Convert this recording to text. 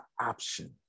option